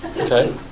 okay